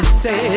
say